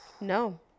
No